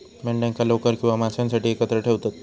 मेंढ्यांका लोकर किंवा मांसासाठी एकत्र ठेवतत